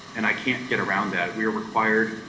and i can't get around that. we are required,